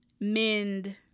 mend